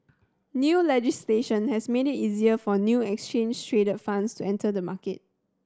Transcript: new legislation has made it easier for new exchange traded funds to enter the market